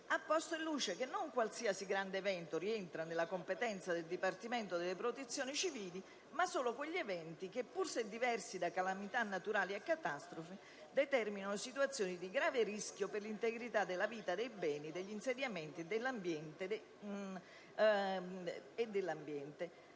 posto in luce che non qualsiasi grande evento rientra nella competenza del Dipartimento della protezione civile, ma solo quegli eventi che, pur se diversi da calamità naturali e catastrofi, determinano situazioni di grave rischio per l'integrità della vita, dei beni, degli insediamenti e dell'ambiente.